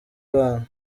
bana